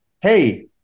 hey